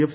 F